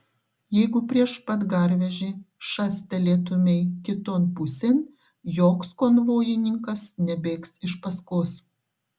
jeigu prieš pat garvežį šastelėtumei kiton pusėn joks konvojininkas nebėgs iš paskos